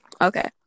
okay